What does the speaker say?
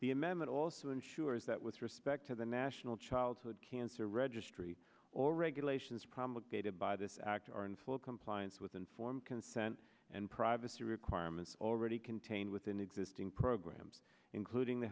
it also ensures that with respect to the national childhood cancer registry or regulations promulgated by this act are in full compliance with informed consent and privacy requirements already contained within existing programs including the